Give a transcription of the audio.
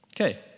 Okay